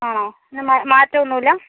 ആണോ എന്നാൽ മാറ്റമൊന്നുമില്ലേ